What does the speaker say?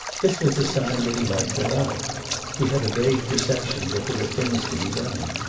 this was a sign that he might go out he had a vague perception that there were things to be done.